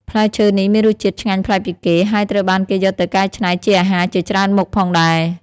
ផ្លែឈើនេះមានរសជាតិឆ្ងាញ់ប្លែកពីគេ ហើយត្រូវបានគេយកទៅកែច្នៃជាអាហារជាច្រើនមុខផងដែរ។